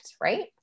Right